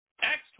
Acts